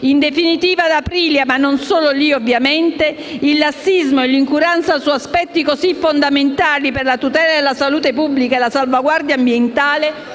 In definitiva ad Aprilia (ma non solo lì ovviamente) il lassismo e l'incuranza su aspetti così fondamentali per la tutela della salute pubblica e la salvaguardia ambientale